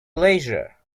leisure